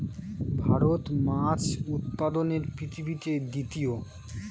ভারত মাছ উৎপাদনে পৃথিবীতে তৃতীয়